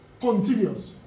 continuous